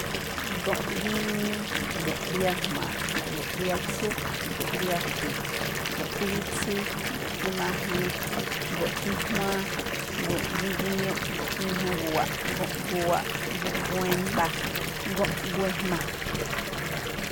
Go̱nꞌ ginii, go̱nꞌ riajma̱a̱, go̱nꞌ riatsú, go̱nꞌ riakhui̱i̱, go̱nꞌ tiwitsii, go̱nꞌ timajuiin, go̱nꞌ tijuaan, go̱nꞌ migiñuuꞌ, go̱nꞌ mijna gu̱wa̱ꞌ, go̱nꞌ gu̱wa̱ꞌ, go̱nꞌ gu̱wa̱ꞌ e̱mba̱, go̱nꞌ gu̱wa̱ꞌ e̱jma̱.